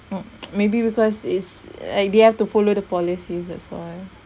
mm maybe because is like they have to follow the policies that's why